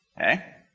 Okay